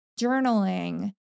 journaling